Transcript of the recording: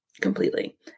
completely